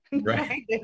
Right